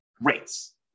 rates